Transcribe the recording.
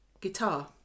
guitar